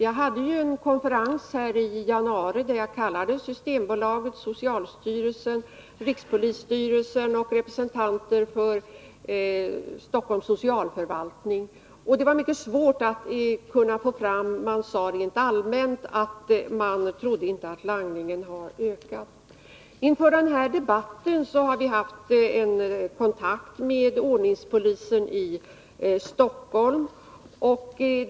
Jag anordnade i januari en konferens dit jag kallade representanter för Systembolaget, socialstyrelsen, rikspolisstyrelsen och Stockholms socialförvaltning. Det var mycket svårt att få fram några siffror, men man sade rent allmänt att man inte trodde att langningen hade ökat. Inför den här debatten har vi haft kontakt med ordningspolisen i Stockholm.